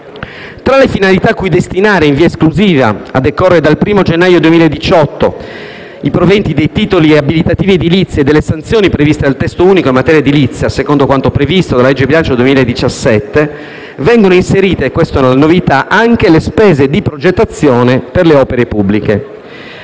Tra le finalità a cui destinare in via esclusiva, a decorrere dal primo gennaio 2018, i proventi dei titoli abilitativi edilizi e delle sanzioni previste dal Testo unico in materia edilizia, secondo quanto previsto dalla legge di bilancio 2017, vengono inserite - questa è una novità - anche le spese di progettazione per le opere pubbliche.